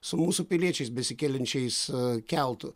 su mūsų piliečiais besikeliančiais keltu